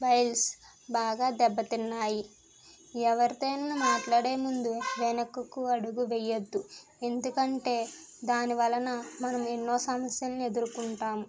files బాగా దెబ్బతిన్నాయి ఎవరితో అయిన మాట్లాడే ముందు వెనకకు అడుగు వేయద్దు ఎందుకంటే దానివలన మనము ఎన్నో సమస్యలను ఎదుర్కొంటాము